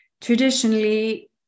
traditionally